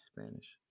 Spanish